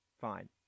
fine